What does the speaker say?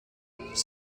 heureux